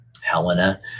Helena